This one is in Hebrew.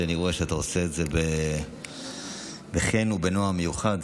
אני רואה שאתה עושה את זה בחן ובנועם מיוחד.